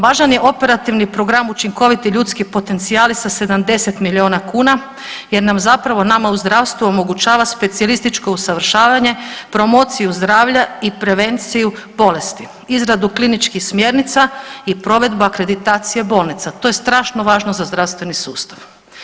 Važan je operativni programa učinkoviti ljudski potencijali sa 70 milijuna kuna jer nam zapravo nama u zdravstvu omogućava specijalističko usavršavanje, promociju zdravlja i prevenciju bolesti, izradu kliničkih smjernica i provedba akreditacija bolnica to je strašno važno za zdravstveni sustav.